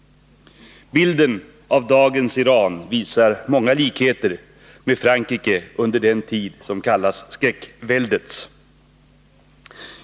Bilden av dagens Iran visar många likheter med Frankrike under den tid som kallas skräckväldets.